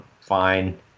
fine